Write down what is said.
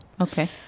Okay